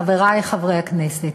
חברי חברי הכנסת,